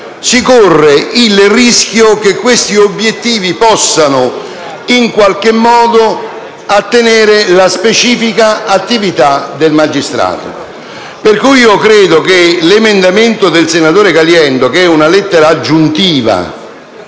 si corre il rischio che questi obiettivi possano in qualche modo attenere alla specifica attività del magistrato. Per cui io credo che l'emendamento del senatore Caliendo, che prevede l'inserimento